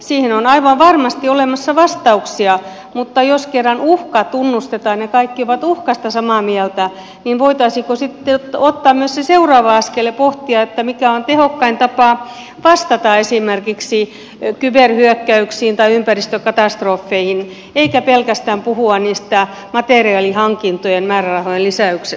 siihen on aivan varmasti olemassa vastauksia mutta jos kerran uhka tunnustetaan ja kaikki ovat uhkasta samaa mieltä niin voitaisiinko sitten ottaa myös se seuraava askel ja pohtia mikä on tehokkain tapa vastata esimerkiksi kyberhyökkäyksiin tai ympäristökatastrofeihin eikä pelkästään puhua niistä materiaalihankintojen määrärahojen lisäyksestä